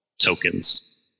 tokens